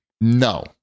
No